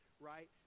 right